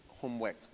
homework